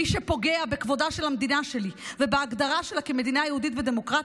מי שפוגע בכבודה של המדינה שלי ובהגדרה שלה כמדינה יהודית ודמוקרטית,